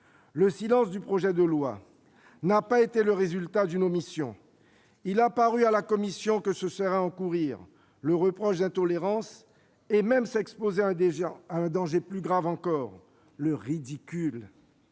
Le silence du projet de loi n'a pas été le résultat d'une omission. [...] Il a paru à la commission que ce serait encourir [...] le reproche d'intolérance et même s'exposer à un danger plus grave encore, le ridicule,